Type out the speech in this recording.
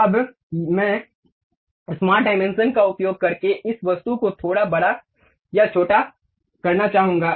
अब मैं smart dimension का उपयोग करके इस वस्तु को थोड़ा बड़ा या छोटा करना चाहूंगा